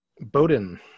Bowden